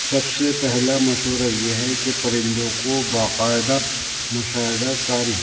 سب سے پہلا مشورہ یہ ہے کہ پرندوں کو باقاعدہ مشاہدہ کاری